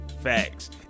Facts